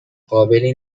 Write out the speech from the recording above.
قابلی